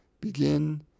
begin